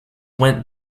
went